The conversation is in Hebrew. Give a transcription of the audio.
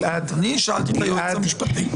אני שאלתי את היועץ המשפטי.